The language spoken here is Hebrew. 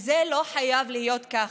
זה לא חייב להיות ככה.